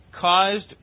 caused